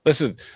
Listen